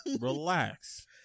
relax